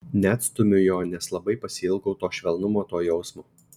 neatstumiu jo nes labai pasiilgau to švelnumo to jausmo